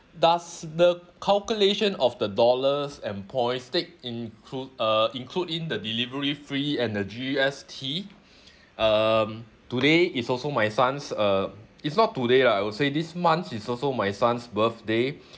does the calculation of the dollars and points take include uh include in the delivery fee and the G_S_T um today is also my son's uh it's not today lah I would say this month is also my son's birthday